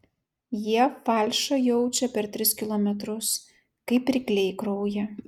jie falšą jaučia per tris kilometrus kaip rykliai kraują